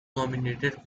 nominated